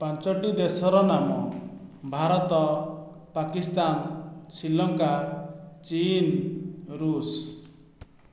ପାଞ୍ଚଟି ଦେଶର ନାମ ଭାରତ ପାକିସ୍ତାନ ଶ୍ରୀଲଙ୍କା ଚୀନ ଋଷ